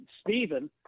Stephen